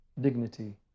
dignity